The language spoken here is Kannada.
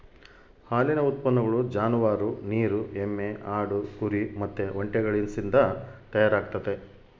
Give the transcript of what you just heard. ಹಾಲಿನ ಉತ್ಪನ್ನಗಳು ಜಾನುವಾರು, ನೀರು ಎಮ್ಮೆ, ಆಡು, ಕುರಿ ಮತ್ತೆ ಒಂಟೆಗಳಿಸಿಂದ ತಯಾರಾಗ್ತತೆ